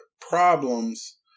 problems